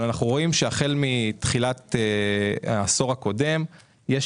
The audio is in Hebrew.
אנחנו רואים שהחל מתחילת העשור הקודם יש